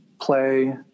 play